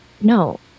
No